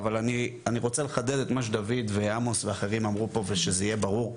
אני רוצה לחדד את מה שדוד ועמוס ואחרים אמרו פה ושזה יהיה ברור.